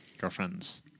Girlfriends